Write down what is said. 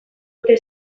ote